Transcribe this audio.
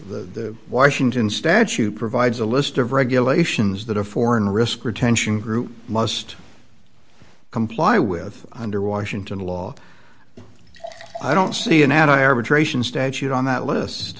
the washington statute provides a list of regulations that a foreign risk retention group must comply with under washington law i don't see an anti arbitration statute on that list